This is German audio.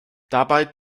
dabei